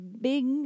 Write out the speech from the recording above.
big